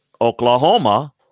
Oklahoma